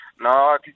No